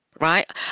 Right